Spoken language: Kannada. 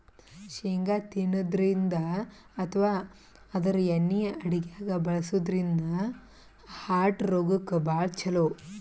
ಶೇಂಗಾ ತಿನ್ನದ್ರಿನ್ದ ಅಥವಾ ಆದ್ರ ಎಣ್ಣಿ ಅಡಗ್ಯಾಗ್ ಬಳಸದ್ರಿನ್ದ ಹಾರ್ಟ್ ರೋಗಕ್ಕ್ ಭಾಳ್ ಛಲೋ